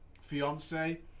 fiance